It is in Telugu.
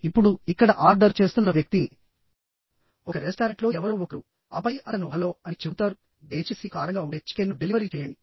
ఇప్పుడు ఇక్కడ ఆర్డర్ చేస్తున్న వ్యక్తి ఒక రెస్టారెంట్లో ఎవరో ఒకరు ఆపై అతను హలో అని చెబుతారు దయచేసి కారంగా ఉండే చికెన్ను డెలివరీ చేయండి